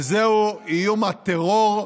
וזהו איום הטרור,